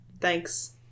Thanks